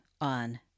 on